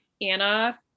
Anna